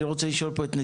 לגמרי.